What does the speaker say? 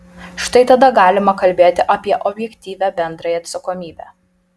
štai tada galima kalbėti apie objektyvią bendrąją atsakomybę